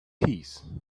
keys